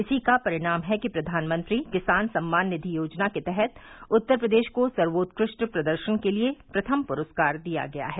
इसी का परिणाम है कि प्रधानमंत्री किसान सम्मान निधि योजना के तहत उत्तर प्रदेश को सर्वोत्कृष्ट प्रदर्शन के लिये प्रथम पुरस्कार दिया गया है